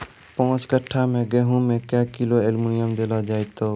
पाँच कट्ठा गांव मे गेहूँ मे क्या किलो एल्मुनियम देले जाय तो?